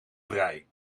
vrij